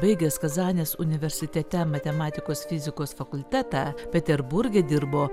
baigęs kazanės universitete matematikos fizikos fakultetą peterburge dirbo